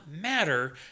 matter